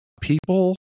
people